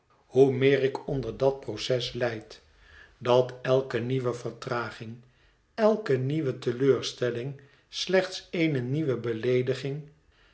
hoe meer ik onder dat proces lijd dat elke nieuwe vertraging elke nieuwe teleurstelling slechts eene nieuwe beleediging